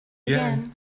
again